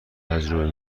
تجربه